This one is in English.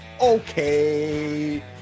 okay